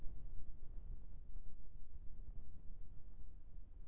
दिखाही लोन म ब्याज के दर का होही?